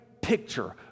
picture